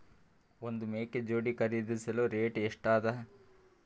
ಒಂದ್ ಮೇಕೆ ಜೋಡಿ ಖರಿದಿಸಲು ರೇಟ್ ಎಷ್ಟ ಅದ?